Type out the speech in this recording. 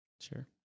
Sure